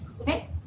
Okay